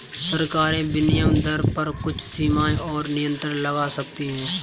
सरकारें विनिमय दर पर कुछ सीमाएँ और नियंत्रण लगा सकती हैं